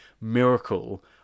miracle